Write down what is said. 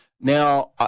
Now